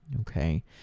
Okay